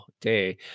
day